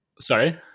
Sorry